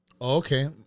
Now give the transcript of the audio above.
okay